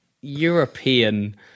European